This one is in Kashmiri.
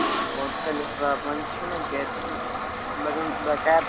ہے یوٗت وۄنۍ چھِنہ گَرِ چھِنہ لَگَان بَکار